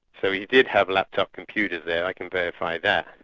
so he did have laptop computers there, i can verify that.